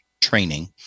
training